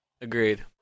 Agreed